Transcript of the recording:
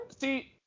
See